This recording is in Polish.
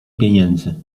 pieniędzy